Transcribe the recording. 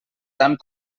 tant